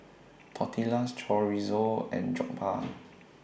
Tortillas Chorizo and Jokbal